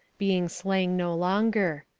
being slang no longer.